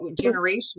generation